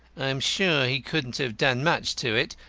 i'm sure he couldn't have done much to it.